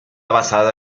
basada